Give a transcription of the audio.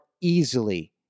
easily